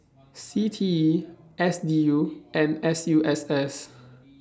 C T E S D U and S U S S